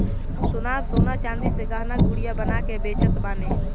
सोनार सोना चांदी से गहना गुरिया बना के बेचत बाने